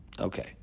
Okay